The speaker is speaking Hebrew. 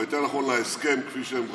או יותר נכון להסכם, כפי שהם רצו,